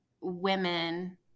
women